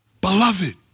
Beloved